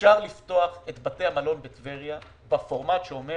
אפשר לפתוח את בתי המלון בטבריה בפורמט שאומר